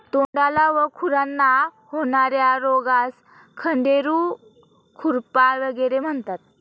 तोंडाला व खुरांना होणार्या रोगास खंडेरू, खुरपा वगैरे म्हणतात